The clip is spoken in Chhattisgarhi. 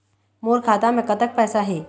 मोर खाता मे कतक पैसा हे?